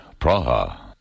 Praha